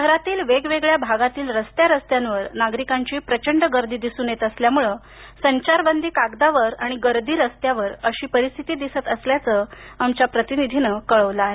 शहरातील वेगवेगळ्या भागातील रस्त्या रस्त्यांवर नागरिकांची प्रचंड गर्दी दिसून येत असल्यामुळे संचारबंदी कागदावर आणि गर्दी रस्त्यावर अशी परिस्थिती दिसत सल्याचं आमच्या प्रतिनिधीनं कळवलं आहे